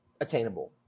attainable